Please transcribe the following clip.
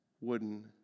wooden